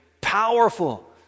powerful